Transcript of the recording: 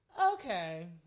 Okay